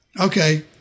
Okay